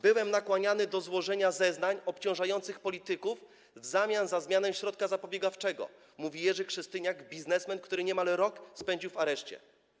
Byłem nakłaniany do złożenia zeznań obciążających polityków w zamian za zmianę środka zapobiegawczego” - mówi Jerzy Krzystyniak, biznesmen, który niemal rok spędził w areszcie.